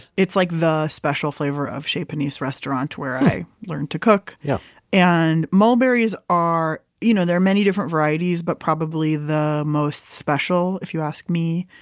it's like the special flavor of chez panisse restaurant where i learned to cook yeah and mulberries are, you know there are many different varieties, but probably the most special, if you ask me,